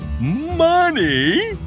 Money